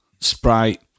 Sprite